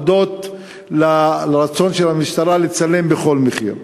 הודות לרצון של המשטרה לצלם בכל מחיר.